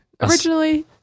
Originally